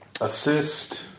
Assist